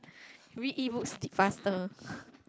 read Ebooks faster